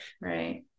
Right